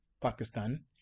Pakistan